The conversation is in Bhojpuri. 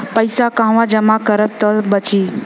पैसा कहवा जमा करब त बची?